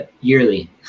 yearly